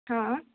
हँ